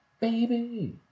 Baby